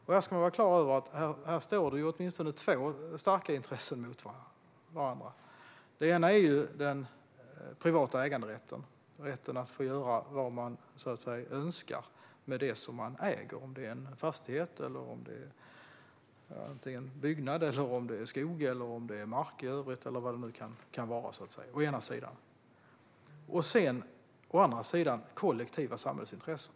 Man ska vara klar över att det är åtminstone två starka intressen som står mot varandra. Det ena är den privata äganderätten - rätten att få göra vad man önskar med det som man äger, oavsett om det är en fastighet, skog, mark eller vad det nu kan vara. Det andra är kollektiva samhällsintressen.